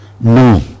no